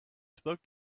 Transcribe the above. spoke